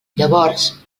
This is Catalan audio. llavors